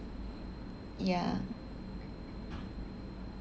ya